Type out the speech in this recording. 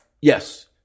Yes